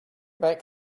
back